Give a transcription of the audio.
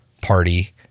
party